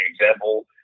example